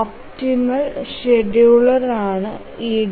optimal ഷെഡ്യൂളറാണ് EDF